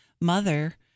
mother